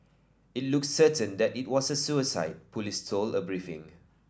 it looks certain that it was a suicide police told a briefing